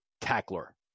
tackler